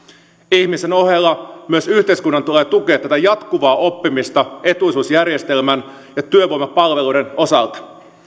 ihmisen ohella myös yhteiskunnan tulee tukea tätä jatkuvaa oppimista etuisuusjärjestelmän ja työvoimapalveluiden osalta